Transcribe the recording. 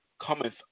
Cometh